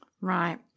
right